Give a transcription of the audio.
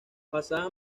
pasaba